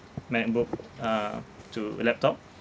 macbook uh to laptop